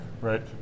right